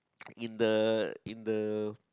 in the in the